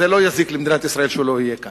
שזה לא יזיק למדינת ישראל שהוא לא יהיה כאן,